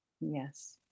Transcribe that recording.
Yes